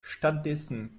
stattdessen